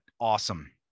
awesome